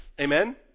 Amen